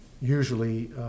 Usually